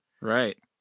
Right